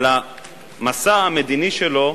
על המסע המדיני שלו,